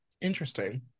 Interesting